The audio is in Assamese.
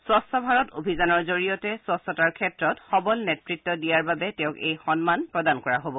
স্বছ্ ভাৰত অভিযানৰ জৰিয়তে স্বচ্ছতাৰ ক্ষেত্ৰত সৱল নেত়ত্ব দিয়াৰ বাবে তেওঁক এই সন্মান প্ৰদান কৰা হব